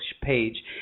page